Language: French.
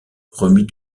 remis